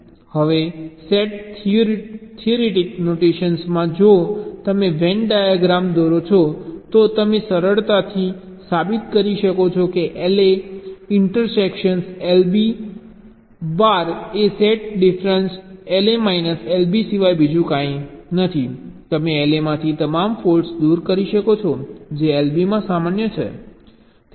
હવે set theoretic નોટેશનમાં જો તમે વેન ડાયાગ્રામ દોરો છો તો તમે સરળતાથી સાબિત કરી શકો છો કે LA ઈન્ટરસેક્શન LB બાર એ set difference LA minus LB સિવાય બીજું કંઈ નથી તમે LA માંથી તમામ ફોલ્ટ્સ દૂર કરો છો જે LB માં સામાન્ય છે